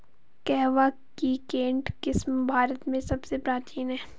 कहवा की केंट किस्म भारत में सबसे प्राचीन है